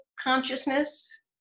consciousness